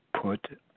put